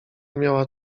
miała